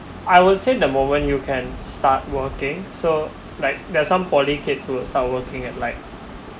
I would say the moment you can start working so like there's some poly kids will start working at like